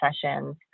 sessions